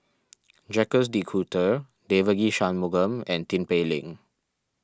Jacques De Coutre Devagi Sanmugam and Tin Pei Ling